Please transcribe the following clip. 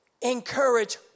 encourage